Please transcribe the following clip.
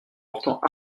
portant